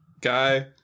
guy